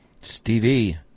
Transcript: Stevie